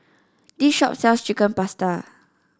this shop sells Chicken Pasta